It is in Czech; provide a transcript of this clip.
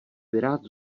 pirát